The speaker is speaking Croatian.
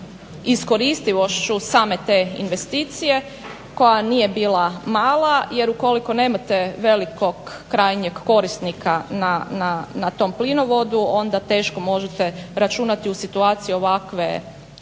iskoristivošću same te investicije koja nije bila mala jer ukoliko nemate velikog krajnjeg korisnika na tom plinovodu onda teško možete računati u situaciji ovakve